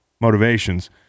motivations